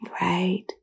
Right